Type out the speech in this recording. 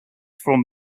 from